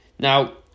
Now